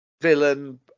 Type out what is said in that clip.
Villain